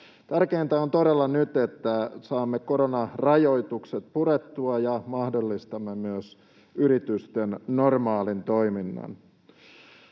Tärkeintä on todella nyt, että saamme koronarajoitukset purettua ja mahdollistamme myös yritysten normaalin toiminnan.